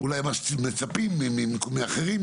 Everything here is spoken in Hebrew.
אולי מה שמצפים מאחרים,